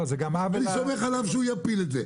אני סומך עליו שהוא יפיל את זה.